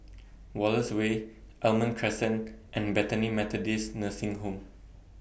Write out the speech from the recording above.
Wallace Way Almond Crescent and Bethany Methodist Nursing Home